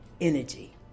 energy